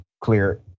clear